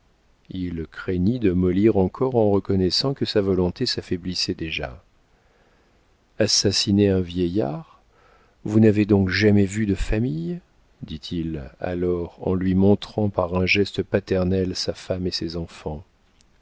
il craignit de mollir encore en reconnaissant que sa volonté s'affaiblissait déjà assassiner un vieillard vous n'avez donc jamais vu de famille dit-il alors en lui montrant par un geste paternel sa femme et ses enfants